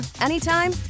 anytime